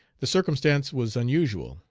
the circumstance was unusual,